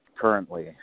currently